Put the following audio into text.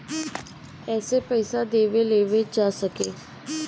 एसे पइसा देवे लेवे जा सके